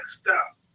stop